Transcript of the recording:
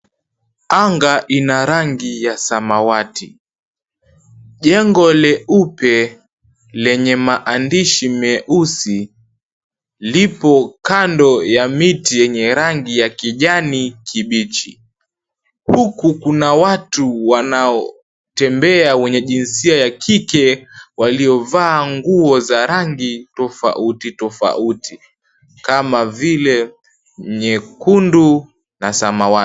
Anga ina rangi ya samawati. Jengo leupe lenye maandishi meusi lipo kando ya miti yenye rangi ya kijani kibichi. Huku kuna watu wanaotembea wenye jinsia ya kike waliovaa nguo za rangi tofauti tofauti kama vile nyekundu na samawati.